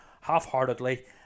half-heartedly